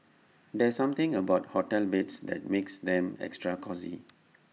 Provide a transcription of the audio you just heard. there's something about hotel beds that makes them extra cosy